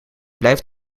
blijft